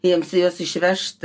jiems juos išvežti